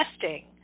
testing